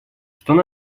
чтобы